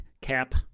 cap